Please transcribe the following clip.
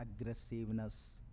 aggressiveness